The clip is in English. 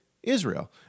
Israel